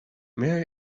may